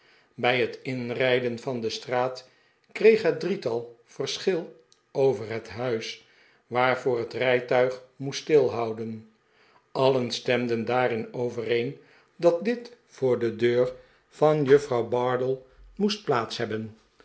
bij het inrfjden van de straat kreeg het drietal verschil over het huis waarvoor het rijtuig moest stilhouden allen stemden daarin overeen dat dit voor de deur van juffrouw bardell moest plaats hebben